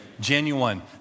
genuine